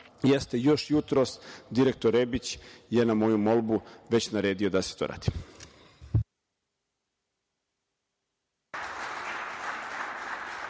jeste – još jutros direktor Rebić je, na moju molbu, naredio da se to radi.